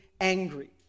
angry